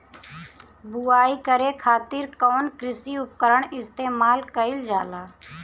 बुआई करे खातिर कउन कृषी उपकरण इस्तेमाल कईल जाला?